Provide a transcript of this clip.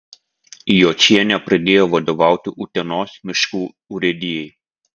jočienė pradėjo vadovauti utenos miškų urėdijai